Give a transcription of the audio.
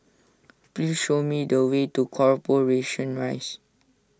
please show me the way to Corporation Rise